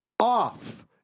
off